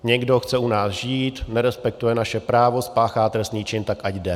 Někdo chce u nás žít, nerespektuje naše právo, spáchá trestný čin, tak ať jde.